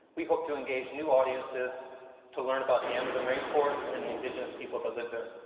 we hope to engage new audiences to learn about the amazon rainforest and the indigenous people that live there.